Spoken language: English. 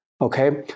okay